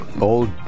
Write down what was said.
Old